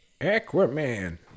aquaman